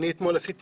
אני אתמול עשיתי